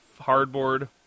hardboard